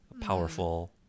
powerful